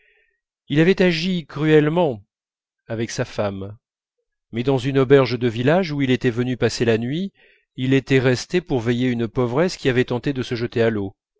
il avait agi cruellement avec sa femme mais dans une auberge de village où il était venu passer la nuit il était resté pour veiller une pauvresse qui avait tenté de se jeter à l'eau